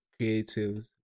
creatives